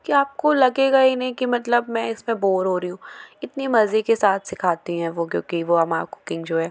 कि आपको लगेगा ही नहीं कि मतलब मैं इसमें बोर हो रहीं हूँ इतनी मज़े के साथ सिखाती हैं वो क्योंकि वो हमारा कुकिंग जो है